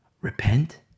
repent